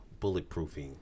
bulletproofing